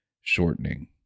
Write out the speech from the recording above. shortening